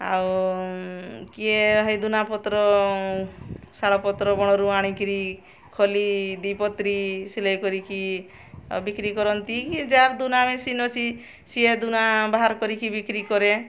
ଆଉ କିଏ ହେଇ ଦୁନା ପତ୍ର ଶାଳ ପତ୍ର ବଣରୁ ଆଣିକିରି ଖଲି ଦିପତ୍ରି ସିଲେଇ କରିକି ବିକ୍ରି କରନ୍ତି କି ଯାର୍ ଦନା ମେସିନ୍ ଅଛି ସି ସିଏ ଦନା ବାହାର କରିକି ବିକ୍ରି କରେ